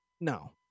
No